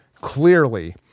clearly